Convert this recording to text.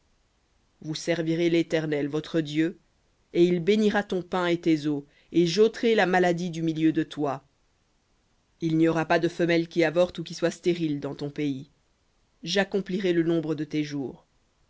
vous servirez l'éternel votre dieu et il bénira ton pain et tes eaux et j'ôterai la maladie du milieu de toi il n'y aura pas de femelle qui avorte ou qui soit stérile dans ton pays j'accomplirai le nombre de tes jours